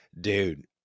Dude